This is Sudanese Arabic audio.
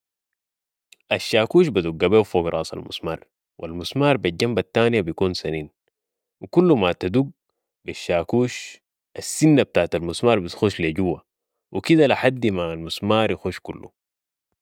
الشاكوش بدق بيو فوق راس المسمار و المسمار بي الجنابة التانية بيكون سنين و كل ما تدق بي الشاكوش السنة بتاعة المسمار بتخش لي جوة و كده لحدي ما المسمار يخش كلو